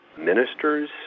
Ministers